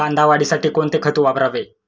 कांदा वाढीसाठी कोणते खत वापरावे?